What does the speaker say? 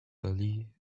early